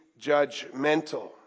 judgmental